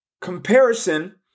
Comparison